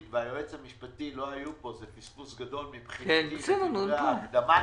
והיועץ המשפטי לא היו פה בדברי ההקדמה שלי.